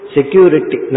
Security